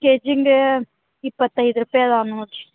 K ಜಿಗೆ ಇಪ್ಪತ್ತೈದು ರೂಪಾಯಿ ಅದಾವೆ ನೋಡಿರಿ